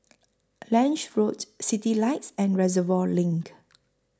Lange Road Citylights and Reservoir LINK